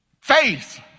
Faith